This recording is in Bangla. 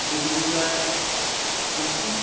দুর্গা পূজায় বহু